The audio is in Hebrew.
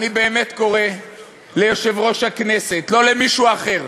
אני באמת קורא ליושב-ראש הכנסת, לא למישהו אחר,